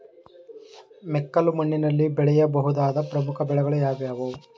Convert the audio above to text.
ಮೆಕ್ಕಲು ಮಣ್ಣಿನಲ್ಲಿ ಬೆಳೆಯ ಬಹುದಾದ ಪ್ರಮುಖ ಬೆಳೆಗಳು ಯಾವುವು?